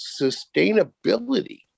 sustainability